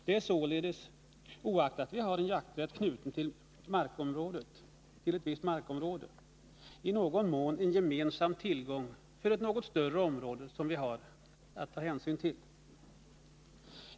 Det är således, oaktat vi har en jakträtt knuten till ett visst markområde, i någon mån en gemensam tillgång för ett något större område som vi har att ta hänsyn till.